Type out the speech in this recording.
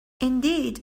indeed